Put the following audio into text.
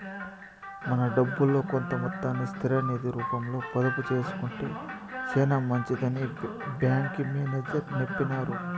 మన డబ్బుల్లో కొంత మొత్తాన్ని స్థిర నిది రూపంలో పొదుపు సేసుకొంటే సేనా మంచిదని బ్యాంకి మేనేజర్ సెప్పినారు